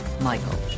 Michael